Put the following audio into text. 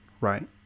right